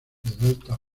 delta